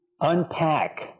unpack